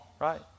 right